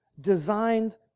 designed